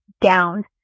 down